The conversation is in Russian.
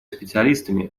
специалистами